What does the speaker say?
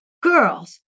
Girls